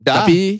Tapi